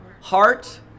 heart